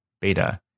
beta